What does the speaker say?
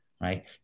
right